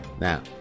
Now